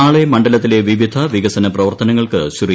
നാളെ മണ്ഡലത്തിലെ വിവിധ വികസന പ്രവർത്തനങ്ങൾക്ക് ശ്രീ